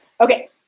okay